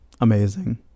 amazing